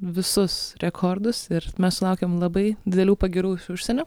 visus rekordus ir mes sulaukėm labai didelių pagyrų iš užsienio